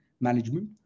management